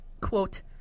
quote